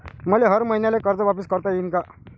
मले हर मईन्याले कर्ज वापिस करता येईन का?